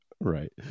right